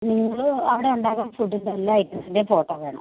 നിങ്ങൾ അവിടെ ഉണ്ടാക്കുന്ന ഫുഡിൻ്റെ എല്ലാ ഐറ്റത്തിൻ്റെയും ഫോട്ടോ വേണം